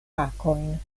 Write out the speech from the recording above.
fakojn